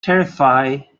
terrified